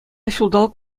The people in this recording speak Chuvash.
ҫулталӑк